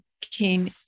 came